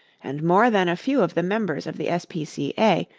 and more than a few of the members of the s. p. c. a,